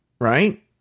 Right